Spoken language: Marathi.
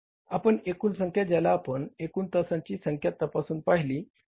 आपण एकूण संख्या ज्याला आपण एकूण तासांची संख्या तपासून पाहिली